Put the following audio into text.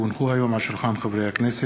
כי הונחו היום על שולחן הכנסת,